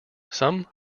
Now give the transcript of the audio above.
some